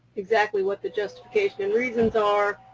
exactly what the justification and reasons are,